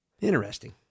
Interesting